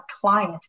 client